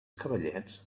cavallets